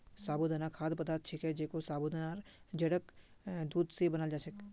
साबूदाना खाद्य पदार्थ छिके जेको साबूदानार जड़क दूध स बनाल जा छेक